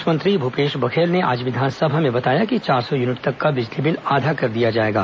मुख्यमंत्री भूपेश बघेल ने आज विधानसभा में बताया कि चार सौ यूनिट तक का बिजली बिल आधा कर दिया जाएगा